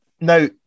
Now